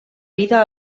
vida